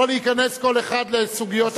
לא להיכנס כל אחד לסוגיות אחרות.